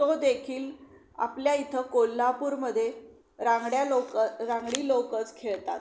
तो देखील आपल्या इथं कोल्हापूरमध्ये रांगड्या लोक रांगडी लोकंच खेळतात